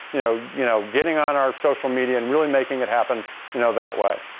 you know you know getting on our social media and really making it happen you know that way.